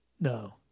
No